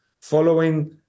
following